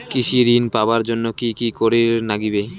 কৃষি ঋণ পাবার জন্যে কি কি করির নাগিবে?